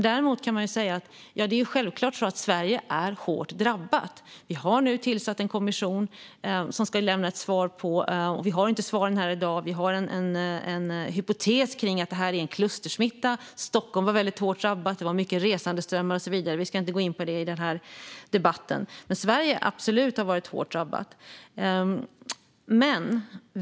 Däremot kan man säga att det självklart är så att Sverige är hårt drabbat. Vi har nu tillsatt en kommission som ska lämna ett svar på frågorna. Vi har inte svaren här i dag, men vi har en hypotes kring att detta är en klustersmitta. Stockholm var hårt drabbat. Det var många resandeströmmar och så vidare. Vi ska inte gå in på det i den här debatten, men Sverige har absolut varit hårt drabbat.